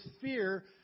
fear